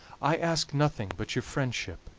i ask nothing but your friendship,